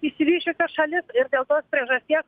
išsivysčiusias šalis ir dėl tos priežasties